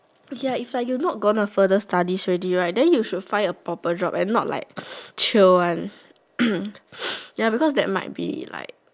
okay ah if you like not gonna to further studies already right then you should find a proper job and not like chill one ya because there might be like